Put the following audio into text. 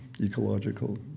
ecological